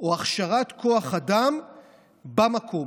הכשרת כוח אדם במקום,